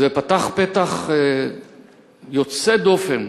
וזה פתח יוצא דופן